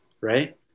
right